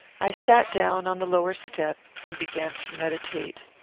i sat down on the lower step and began to meditate.